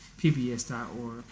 pbs.org